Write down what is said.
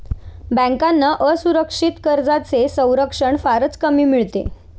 बँकांना असुरक्षित कर्जांचे संरक्षण फारच कमी मिळते